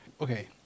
Okay